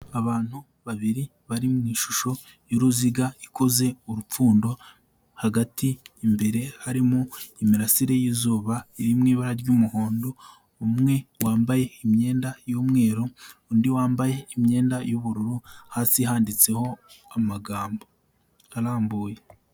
Abantu babiri bari mu ishusho y'uruziga ikoze urupfundo, hagati imbere harimo imirasire y'izuba iri mu ibara ry'umuhondo, umwe wambaye imyenda y'umweru undi wambaye imyenda y'ubururu, hasi handitseho amagambo arambuye.